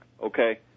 Okay